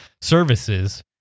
services